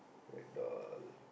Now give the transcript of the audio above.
like doll